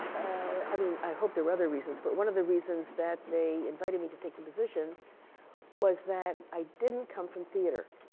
i mean, i hope there other reasons, but one of the reasons that they invited me to take the position was that i didn't come from theater.